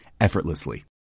effortlessly